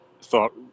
thought